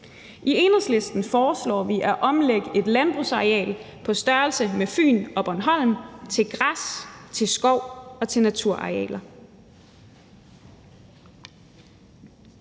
I Enhedslisten foreslår vi at omlægge et landbrugsareal på størrelse med Fyn og Bornholm til græs, skov og naturarealer.